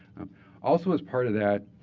um also, as part of that